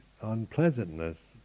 unpleasantness